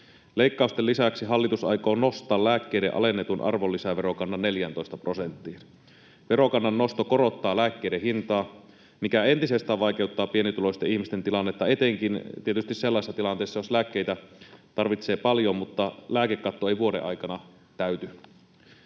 Leikkausten lisäksi hallitus aikoo nostaa lääkkeiden alennetun arvonlisäverokannan 14 prosenttiin. Verokannan nosto korottaa lääkkeiden hintaa, mikä entisestään vaikeuttaa pienituloisten ihmisten tilannetta etenkin tietysti sellaisessa tilanteessa, jos lääkkeitä tarvitsee paljon mutta lääkekatto ei vuoden aikana täyty.